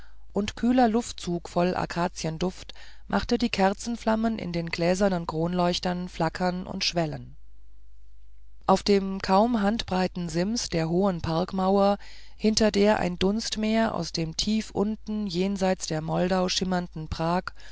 und kühler luftzug voll akazienduft machte die kerzenflammen in den gläsernen kronleuchtern flackern und schwelen auf dem kaum handbreiten sims der hohen parkmauer hinter der ein dunstmeer aus dem tief unten jenseits der moldau schlummernden prag